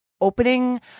opening